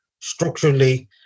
structurally